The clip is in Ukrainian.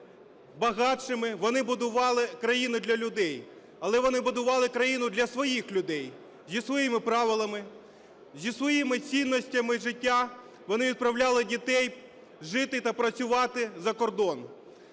багатшими, вони будували країну для людей, але вони будували країну для своїх людей зі своїми правилами, зі своїми цінностями життя, вони відправляли дітей жити та працювати за кордон.